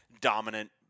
dominant